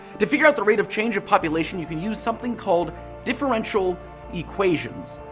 to figure out the rate of change of population you can use something called differential equations.